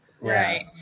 Right